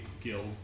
guild